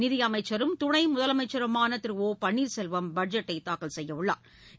நிதியமைச்சரும் துணை முதலமைச்சருமான Thiru O Panneerselvam பட்ஜெட்டை தாக்கல் செய்யவுள்ளா்